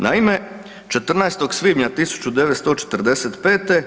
Naime, 14. svibnja 1945.